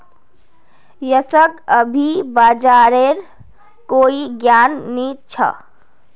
यशक अभी बाजारेर कोई ज्ञान नी छ